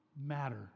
matter